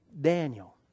Daniel